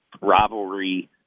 rivalry